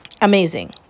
amazing